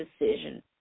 decision